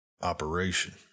operation